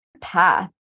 path